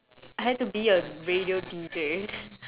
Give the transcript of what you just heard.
I had to be a radio D_J